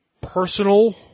personal